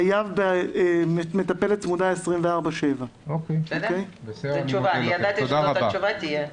חייב מטפל צמוד 24/7. תודה רבה.